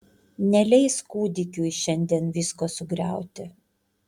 neleis kūdikiui šiandien visko sugriauti